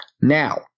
Now